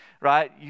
right